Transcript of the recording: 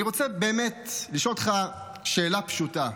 אני רוצה באמת לשאול אותך שאלה פשוטה: